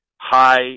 high